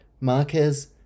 Marquez